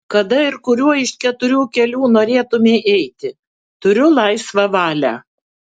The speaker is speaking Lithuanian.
kada ir kuriuo iš keturių kelių norėtumei eiti turi laisvą valią